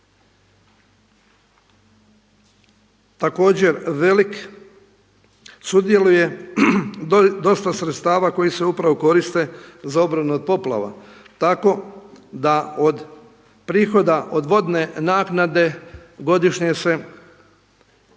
također velik sudjeluje dosta sredstava koji se upravo koriste za obranu od poplava. Tako da od prihoda od vodne naknade godišnje se u